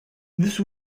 this